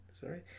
sorry